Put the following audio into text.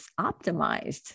optimized